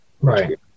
right